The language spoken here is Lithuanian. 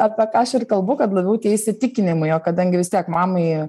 apie ką aš ir kalbu kad labiau tie įsitikinimai o kadangi vis tiek mamai